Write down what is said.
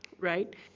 right